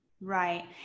Right